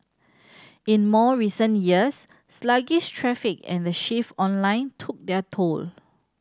in more recent years sluggish traffic and the shift online took their toll